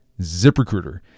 ZipRecruiter